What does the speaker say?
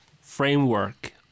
framework